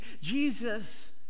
Jesus